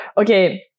okay